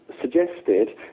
suggested